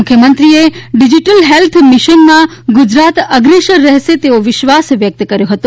મુખ્યમંત્રી digital health મિશનમાં ગુજરાત અગ્રેસર રહેશે તેવો વિશ્વાસ વ્યક્ત કર્યો હતો